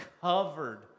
covered